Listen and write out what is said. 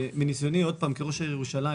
מניסיוני כראש העיר ירושלים,